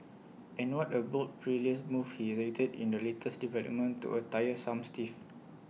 and what A bold perilous move he executed in the latest development to A tiff